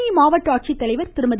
தேனி மாவட்ட ஆட்சித்தலைவர் திருமதி